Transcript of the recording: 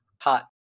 hot